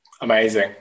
Amazing